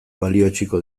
balioetsiko